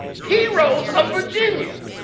heroes of virginia,